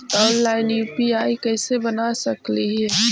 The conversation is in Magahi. ऑनलाइन यु.पी.आई कैसे बना सकली ही?